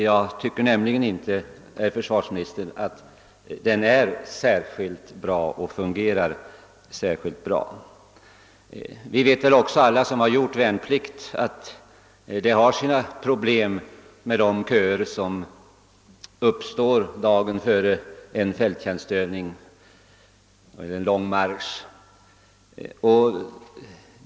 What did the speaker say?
Jag tycker nämligen inte, herr försvarsminister, att den fungerar särskilt bra. Alla vi som har gjort värnplikt vet väl också att det är vissa problem med de köer som uppstår dagen före en fälttjänstövning eller en lång marsch.